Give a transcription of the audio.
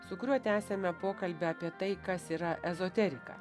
su kuriuo tęsiame pokalbį apie tai kas yra ezoterika